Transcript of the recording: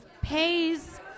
pays